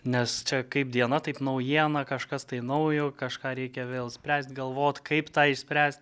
nes čia kaip diena taip naujiena kažkas tai naujo kažką reikia vėl spręsti galvoti kaip tą išspręsti